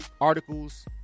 articles